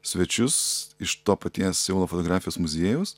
svečius iš to paties seulo fotografijos muziejaus